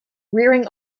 rearing